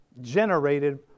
generated